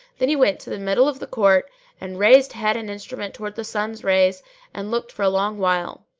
then he went to the middle of the court and raised head and instrument towards the sun's rays and looked for a long while.